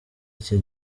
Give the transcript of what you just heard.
iki